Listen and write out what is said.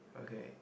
okay